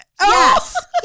Yes